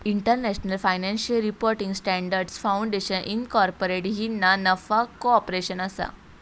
international financial reporting standards foundation incorporated ही ना नफा कॉर्पोरेशन असा